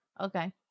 Okay